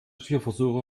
tierversuche